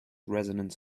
resonant